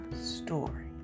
story